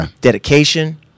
dedication